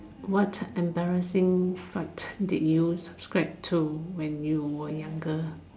what embarrassing fad did you subscribe to when you were younger